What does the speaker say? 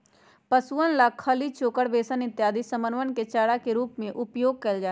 पशुअन ला खली, चोकर, बेसन इत्यादि समनवन के चारा के रूप में उपयोग कइल जाहई